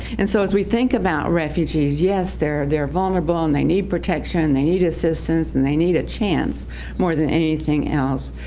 and so as we think about refugees, yes, there they're vulnerable and they need protection. they need assistance and they need a chance more than anything else,